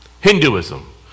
Hinduism